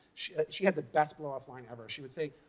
she she had the best blow off line ever. she would say,